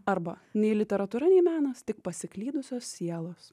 arba nei literatūra nei menas tik pasiklydusios sielos